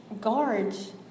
guards